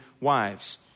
wives